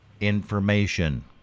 information